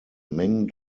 meng